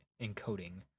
encoding